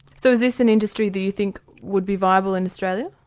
so is this an industry that you think would be viable in australia?